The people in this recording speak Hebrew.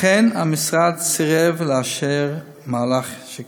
לכן המשרד סירב לאשר מהלך כזה.